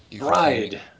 Ride